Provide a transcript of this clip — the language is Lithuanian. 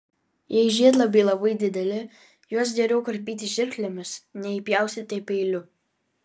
jei žiedlapiai labai dideli juos geriau karpyti žirklėmis nei pjaustyti peiliu